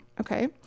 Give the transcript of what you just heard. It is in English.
Okay